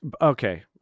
okay